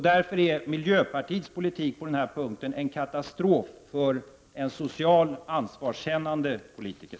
Därför är miljöpartiets politik på den här punkten en katastrof för en socialt ansvarskännande politiker.